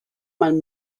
man